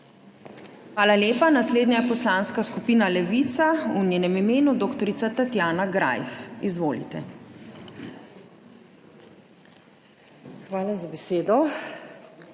Hvala lepa. Naslednja poslanska skupina Levica, v njenem imenu dr. Tatjana Greif. Izvolite. DR.